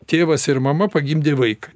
tėvas ir mama pagimdė vaiką